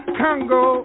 congo